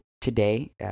today